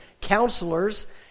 counselors